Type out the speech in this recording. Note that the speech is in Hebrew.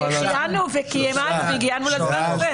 שהחיינו וקיימנו והגענו לזמן הזה.